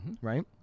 Right